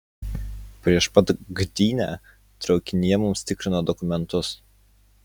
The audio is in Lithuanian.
prieš pat gdynę traukinyje mums tikrino dokumentus